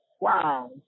wow